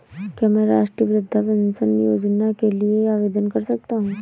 क्या मैं राष्ट्रीय वृद्धावस्था पेंशन योजना के लिए आवेदन कर सकता हूँ?